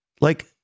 Like-